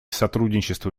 сотрудничества